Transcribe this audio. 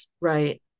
Right